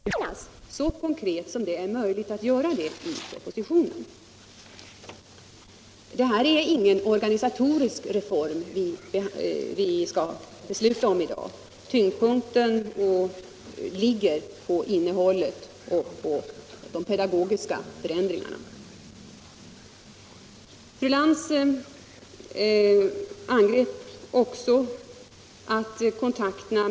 Herr talman! Jag vill bara besvara några frågor som fru Lantz ställde till mig. Fru Lantz visar stor otålighet över skolreformen, och jag kan i och för sig ha förståelse för det. Men fru Lantz tycks vara helt oemottaglig för skriven text, eftersom hon inte kan inse att propositionen just framhåller behovet av en förändring av undervisningen, en förändring av skolans inre arbete, av dess innehåll och dess arbetsformer och att detta behandlas så konkret som det är möjligt att göra det i propositionen. Det är ingen organisatorisk reform som riksdagen skall besluta om i dag.